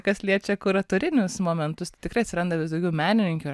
kas liečia kuratorinius momentus tikrai atsiranda vis daugiau menininkių